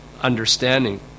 understanding